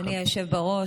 אדוני היושב-ראש,